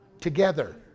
Together